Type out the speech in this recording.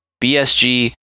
BSG